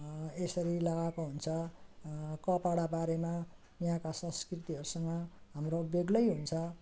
यसरी लगाएको हुन्छ कपडा बारेमा यहाँका संस्कृतिहरूसँग हाम्रो बेग्लै हुन्छ